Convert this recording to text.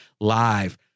live